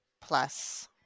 plus